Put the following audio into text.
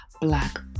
black